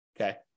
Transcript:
Okay